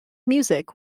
music